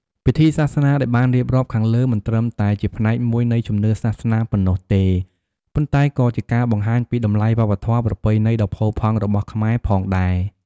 ពិធីសាសនាដែលបានរៀបរាប់ខាងលើមិនត្រឹមតែជាផ្នែកមួយនៃជំនឿសាសនាប៉ុណ្ណោះទេ ប៉ុន្តែក៏ជាការបង្ហាញពីតម្លៃវប្បធម៌ប្រពៃណីដ៏ផូរផង់របស់ខ្មែរផងដែរ។